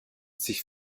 sich